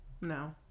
No